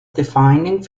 defining